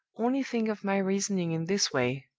only think of my reasoning in this way!